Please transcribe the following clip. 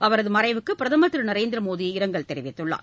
அவரது மறைவுக்கு பிரதமர் திரு நரேந்திர மோடி இரங்கல் தெரிவித்துள்ளார்